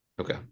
Okay